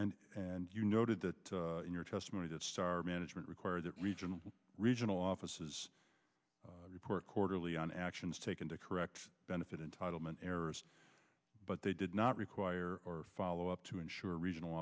you noted that in your testimony the star management required that regional regional offices report quarterly on actions taken to correct benefit entitlement errors but they did not require or follow up to ensure regional